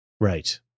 Right